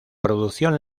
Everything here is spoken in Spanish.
producción